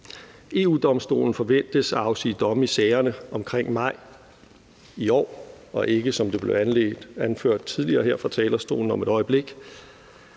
EU-Domstolen forventes at afsige domme i sagerne omkring maj i år, og ikke, som det blev anført tidligere her fra talerstolen, om et øjeblik.